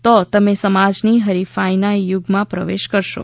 તો તમે સમાજની હરીફાઇના યુગમાં પ્રવેશ કરશો